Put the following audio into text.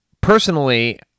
Personally